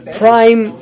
prime